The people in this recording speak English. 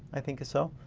i think so.